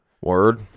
Word